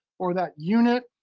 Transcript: or that unit,